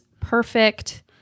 perfect